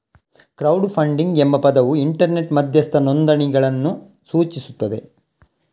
crowd funding ಎಂಬ ಪದವು internet ಮಧ್ಯಸ್ಥ ನೋಂದಣಿಗಳನ್ನು ಸೂಚಿಸುತ್ತದೆ